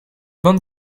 bandes